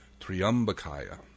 Triambakaya